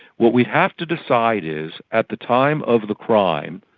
what we have to decide is at the time of the crime,